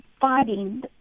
fighting